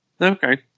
okay